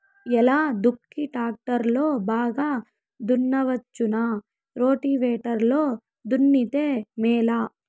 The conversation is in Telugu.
ఎలా దుక్కి టాక్టర్ లో బాగా దున్నవచ్చునా రోటివేటర్ లో దున్నితే మేలా?